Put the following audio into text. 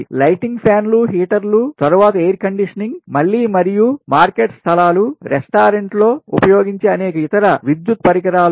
lightings ఫ్యాన్లుహీటర్లు తరువాత air conditioning మళ్ళీ మరియు మార్కెట్ స్థలాలు రెస్టారెంట్లో ఉపయోగించే అనేక ఇతర విద్యుత్ పరికరాలు